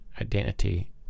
identity